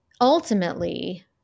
ultimately